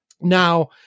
now